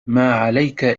ماعليك